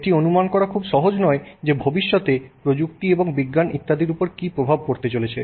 এটি অনুমান করা খুব সহজ নয় যে ভবিষ্যতে প্রযুক্তি এবং বিজ্ঞান ইত্যাদির উপর কী প্রভাব পড়তে চলেছে